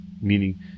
meaning